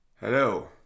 Hello